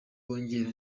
kongera